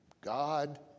God